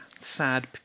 sad